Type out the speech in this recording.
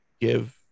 give